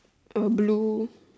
got blue